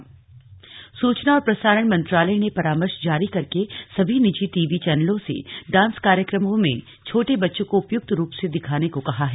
dance कार्यक्रम पर advisory सूचना और प्रसारण मंत्रालय ने परामर्श जारी करके सभी निजी टी वी चैनलों से डांस कार्यक्रमों में छोटे बच्चों को उपयुक्त रूप से दिखाने को कहा है